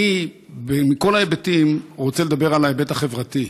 אני, מכל ההיבטים, רוצה לדבר על ההיבט החברתי,